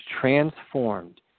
transformed